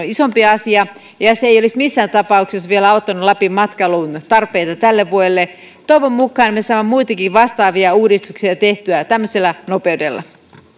isompi asia ja se ei olisi missään tapauksessa vielä auttanut lapin matkailun tarpeita tälle vuodelle toivon mukaan me saamme muitakin vastaavia uudistuksia tehtyä tämmöisellä nopeudella